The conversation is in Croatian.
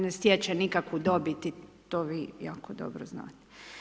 Ne stječe nikakvu dobit, to vi jako dobro znate.